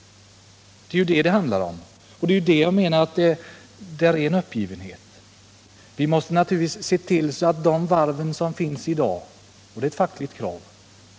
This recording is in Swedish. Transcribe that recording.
Det är vad det här handlar om. Och där menar jag att det finns en anda av uppgivenhet. Vi måste naturligtvis se till att de varv vi har i dag finns kvar. Det är ett fackligt krav.